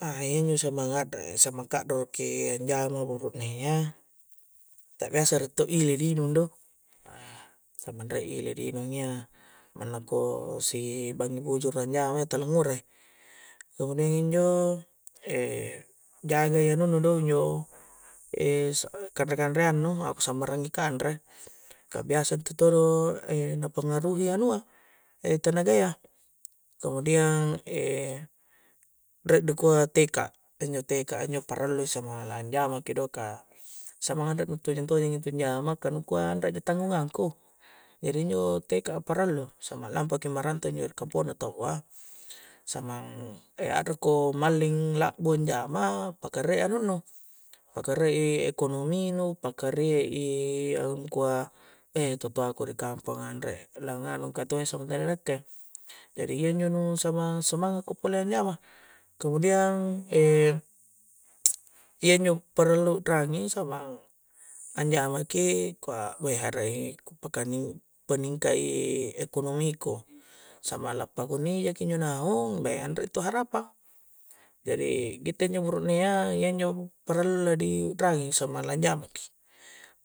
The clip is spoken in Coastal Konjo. Nah injo' samang nga're'i samang ka'doroki anjama buru'ne ya, ta' biasa re' to ile' di nginung do', samang re' ile' di naung' iya, manna' ko si' banging' bujuru' anjama' iya tala' ngura'i, kemudian injo' e' jaga'i anunnu' do injo' e' sa' kanre'-kanre'ang nu' ako' sambarangi' kanre', kah biasa intu' todo' e' napangaruhi'i anu'a e' tanaga ya kemudian e' re' dikua' teka', injo' teka'a injo' parallu' samalang' anjama' ki do, kah samanga' re' tojeng-tojeng intu' jama' kah nu kua' re' ji tangungan'ku jadi injo' teka' a parallu, samang lampa' ki marantau' injo' kampongna tawwa samang andre' ko malling' la'bu jamang pakare' anunnu', pakare'i ekonomi nu, pakarie'i angkua' totoaku ri kampongan anre' lang'nganu kah tuo'i nakke', jadi injo' nu' samang-samangku pole anjama' kemudian e' iya injo' parlu' ra'ngi' samang anjamaki kua' weh a'ra'i peningka'i ekonomi ku, samalang pakunni' iya jeki injo' naung, beh anre'to harapang jadi kitte' injo' buru'nea ya injo' parlu na di u'rangi samanglang anjama'ki,